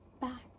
back